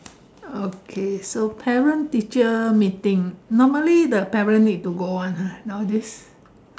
okay so parent teacher meeting normally the parent need to go [one] ah nowadays